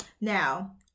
Now